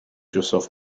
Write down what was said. yourself